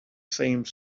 same